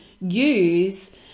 use